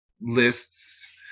lists